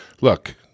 look